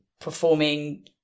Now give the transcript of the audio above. performing